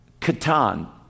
katan